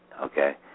okay